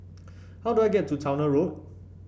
how do I get to Towner Road